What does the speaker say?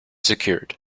secured